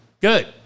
Good